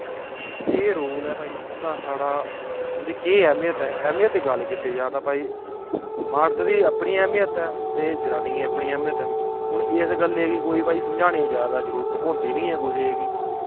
केह् रोल ऐ भाई उं'दा साढ़ा उं'दी केह् ऐह्मियत ऐ ऐह्मियत दी गल्ल कीती जा ते भाई मर्द दी अपनी ऐह्मियत ऐ ते जननियें अपनी ऐह्मियत ऐ हून इस गल्लै गी कोई भाई समझाने ज्यादा जरूरत होंदी नी ऐ कुसै गी